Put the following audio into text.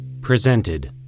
Presented